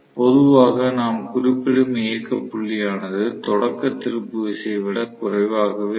பொதுவாக நாம் குறிப்பிடும் இயக்க புள்ளியானது தொடக்க திருப்பு விசையை விட குறைவாக இருக்கும்